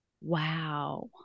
Wow